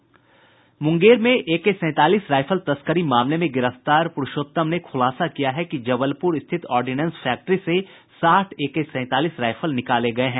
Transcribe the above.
मुंगेर में एके सैंतालीस राईफल तस्करी मामले में गिरफ्तार प्रूषोत्तम ने खुलासा किया है कि जबलपुर स्थित ऑर्डिनेंस फैक्ट्री से साठ एके सैंतालीस राईफल निकाले गये हैं